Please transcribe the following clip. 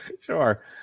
Sure